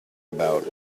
about